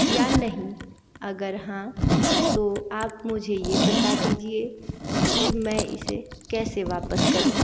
या नहीं अगर हाँ तो आप मुझे यह बता दीजिए कि मैं इसे कैसे वापस करूँ